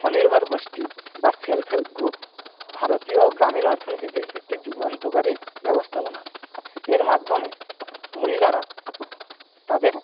স্বনির্ভর গোষ্ঠী বা সেলফ হেল্প গ্রুপ ভারতীয় গ্রামীণ অর্থনীতিতে একটু যুগান্তকারী ব্যবস্থাপনা এর মাধ্যমে মহিলারা তাদের